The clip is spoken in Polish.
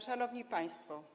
Szanowni Państwo!